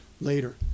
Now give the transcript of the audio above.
later